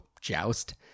joust